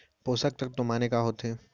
पोसक तत्व माने का होथे?